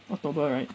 october right